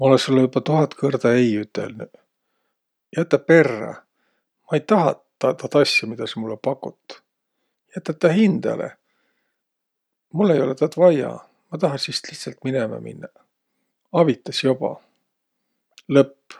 Ma olõ sullõ joba tuhat kõrda ei ütelnüq. Jätäq perrä! Ma ei tahaq taad asja, midä sa mullõ pakut. Jätäq taa hindäle! Mullõ ei olõq taad vaia. Ma taha siist lihtsält minemä minnäq. Avitas joba. Lõpp.